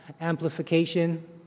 amplification